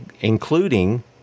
Including